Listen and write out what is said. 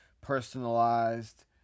personalized